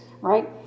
right